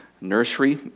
nursery